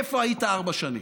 איפה היית ארבע שנים?